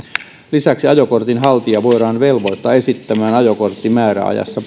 lisäksi ajokortin haltija voidaan velvoittaa esittämään ajokortti määräajassa